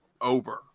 over